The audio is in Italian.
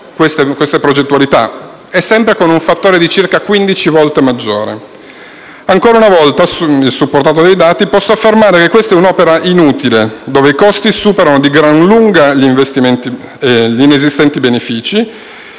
queste progettualità e sempre con un fattore di circa 15 volte maggiore. Ancora una volta, supportato dai dati, posso affermare che quella del terzo valico è un'opera inutile, dove i costi superano di gran lunga gli inesistenti benefici.